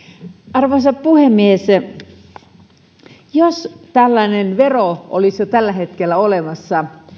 arvoisa puhemies jos tällainen vero olisi jo tällä hetkellä olemassa